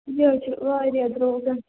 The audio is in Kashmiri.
یہِ حظ چھُ واریاہ درٛۅگ